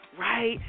right